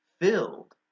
filled